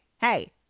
hey